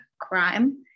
crime